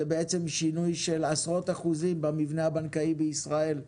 זה בעצם שינוי של עשרות אחוזים במבנה הבנקאי בישראל.